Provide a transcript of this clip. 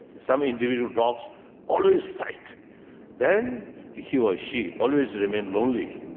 some individual dogs always fight then he or she always remains lonely.